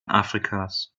afrikas